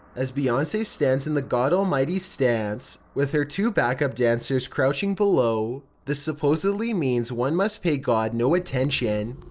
as beyonce stands in the god almighty stance, with her two backup dancers crouching below. this supposedly means one must pay god no attention.